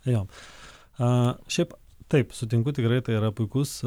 jo šiaip taip sutinku tikrai tai yra puikus